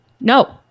no